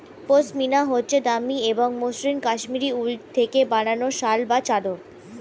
পশমিনা হচ্ছে দামি এবং মসৃন কাশ্মীরি উল থেকে বানানো শাল বা চাদর